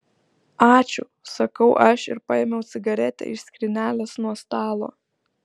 ačiū sakau aš ir paėmiau cigaretę iš skrynelės nuo stalo